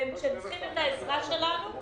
כשהם צריכים את העזרה הם